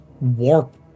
warp